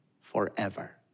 forever